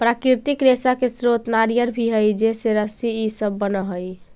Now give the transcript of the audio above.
प्राकृतिक रेशा के स्रोत नारियल भी हई जेसे रस्सी इ सब बनऽ हई